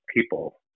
people